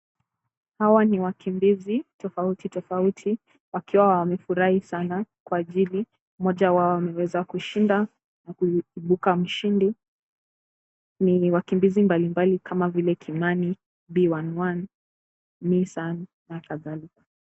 Hawa ni wakimbizi tofauti tofauti wakiwa wamefurahi sana kwa ajili mmoja wao ameweza kushinda na kuibuka mshindi, ni wakimbizi mbalimbali kama vile Kimani, B11, Nisani na kadhalika.